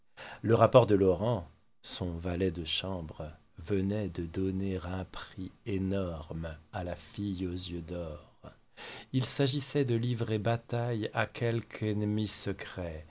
le rapport de laurent son valet de chambre venait de donner un prix énorme à la fille aux yeux d'or il s'agissait de livrer bataille à quelque ennemi